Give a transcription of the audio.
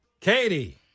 Katie